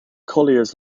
colliers